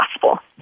possible